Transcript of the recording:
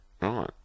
Right